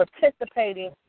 participating